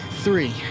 Three